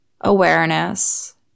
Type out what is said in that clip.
awareness